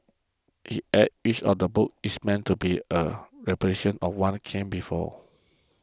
he adds each of the books is meant to be a repudiation of one came before